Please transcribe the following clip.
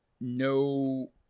No